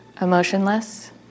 emotionless